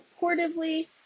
supportively